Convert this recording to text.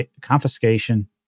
confiscation